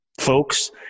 folks